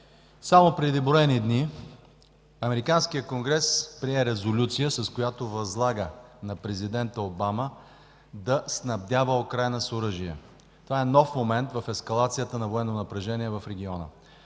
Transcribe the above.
Само преди броени дни американският Конгрес прие резолюция, с която възлага на президента Обама да снабдява Украйна с оръжие. Това е нов момент на ескалацията на военно напрежение в региона.